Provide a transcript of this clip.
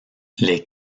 les